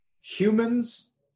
Humans